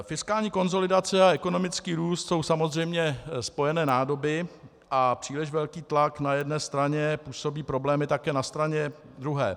Fiskální konsolidace a ekonomický růst jsou samozřejmě spojené nádoby a příliš velký tlak na jedné straně působí problémy také na straně druhé.